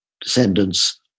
descendants